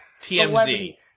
TMZ